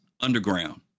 underground